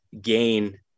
gain